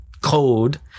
code